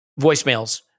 voicemails